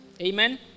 Amen